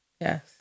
Yes